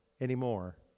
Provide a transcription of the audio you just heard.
anymore